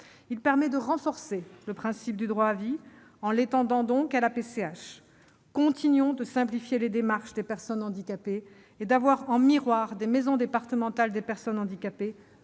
Il permet de renforcer le principe du droit à vie, en l'étendant à la PCH. Continuons de simplifier les démarches des personnes handicapées et d'avoir en miroir des maisons départementales des personnes handicapées